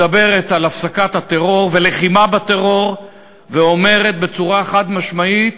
מדברת על הפסקת הטרור ולחימה בטרור ואומרת בצורה חד-משמעית